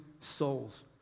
souls